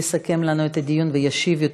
יסכם לנו את הדיון וישיב,